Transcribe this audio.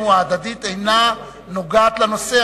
אהבתנו ההדדית אינה נוגעת לנושא,